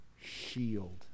shield